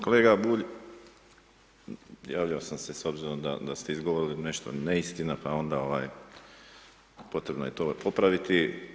Kolega Bulj, javljao sam se s obzirom da ste izgovorili nešto neistina pa onda potrebno je to popraviti.